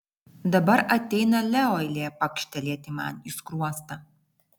dabar ateina leo eilė pakštelėti man į skruostą